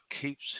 keeps